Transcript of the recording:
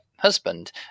husband